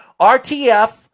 RTF